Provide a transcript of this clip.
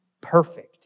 perfect